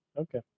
Okay